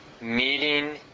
meeting